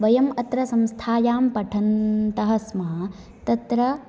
वयम् अत्र संस्थायां पठन्तः स्मः तत्र